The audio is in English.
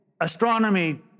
astronomy